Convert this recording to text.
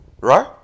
Right